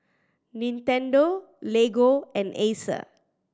Nintendo Lego and Acer